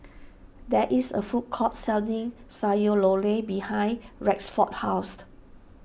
there is a food court selling Sayur Lodeh behind Rexford's house